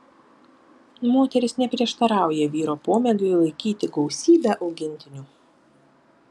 moteris neprieštarauja vyro pomėgiui laikyti gausybę augintinių